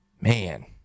Man